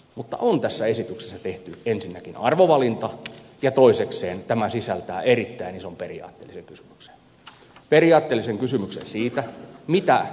mutta on tässä esityksessä tehty ensinnäkin arvovalinta ja toisekseen tämä sisältää erittäin ison periaatteellisen kysymyksen periaatteellisen kysymyksen siitä mitä perusturvaan kuuluu